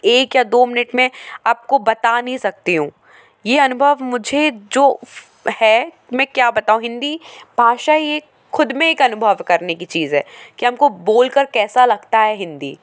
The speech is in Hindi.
एक या दो मिनट में आपको बता नहीं सकती हूँ ये अनुभव मुझे जो है मैं क्या बताऊं हिन्दी भाषा ही एक खुद में एक अनुभव करने कि चीज है कि हम को बोल कर कैसा लगता है हिन्दी